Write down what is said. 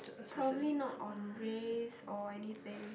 probably not on race or anything